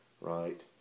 right